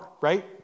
right